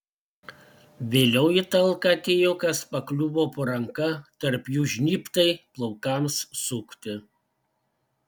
vėliau į talką atėjo kas pakliuvo po ranka tarp jų žnybtai plaukams sukti